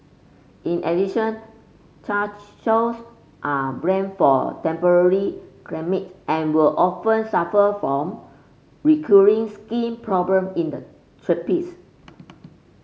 in addition Chow Chows are bred for temperate climates and would often suffer from recurring skin problem in the tropics